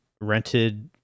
rented